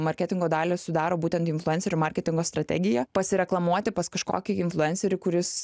marketingo dalį sudaro būtent influencerių marketingo strategija pasireklamuoti pas kažkokį influencerį kuris